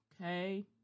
okay